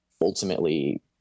ultimately